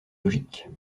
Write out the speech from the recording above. logiques